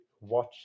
watch